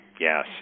Yes